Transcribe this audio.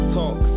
talk